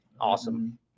Awesome